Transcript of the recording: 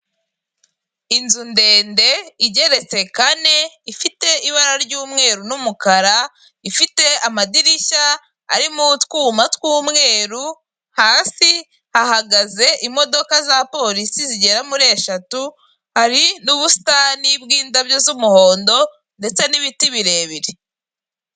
Inzu ndende igeretse kane ifite ibara ry'umweru n'umukara, ifite amadirishya arimo utwuma tw'umweru, hasi hahagaze imodoka za polisi zigera muri eshatu, hari n'ubusitani bw'indabyo z'umuhondo ndetse n'ibiti birebire.